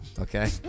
Okay